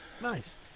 Nice